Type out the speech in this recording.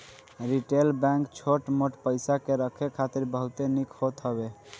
retail bank छोट मोट पईसा के रखे खातिर बहुते निक होत हवे